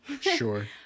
Sure